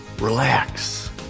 relax